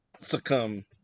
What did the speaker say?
succumb